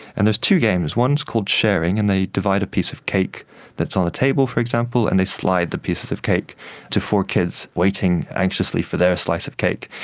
and there's two games, one is called sharing and they divide a piece of cake that's on a table, for example, and they slide the pieces of of cake to four kids waiting anxiously for their slice of cake.